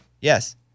Yes